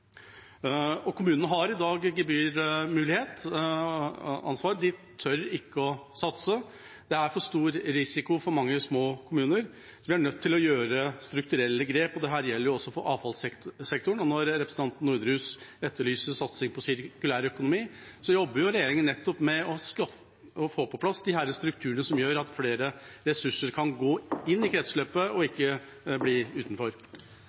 Kommunene har i dag gebyrmulighet og ansvar. De tør ikke å satse. Det er for stor risiko for mange små kommuner, så vi er nødt til å gjøre strukturelle grep, og det gjelder også for avfallssektoren. Når representanten Norderhus etterlyser satsing på sirkulærøkonomi, jobber regjeringen nettopp med å få på plass disse strukturene som gjør at flere ressurser kan gå inn i kretsløpet og ikke bli utenfor.